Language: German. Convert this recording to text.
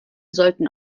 sollten